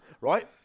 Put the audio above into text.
right